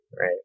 right